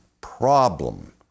problem